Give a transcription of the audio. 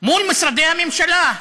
מול משרדי הממשלה.